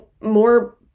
more